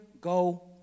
go